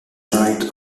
write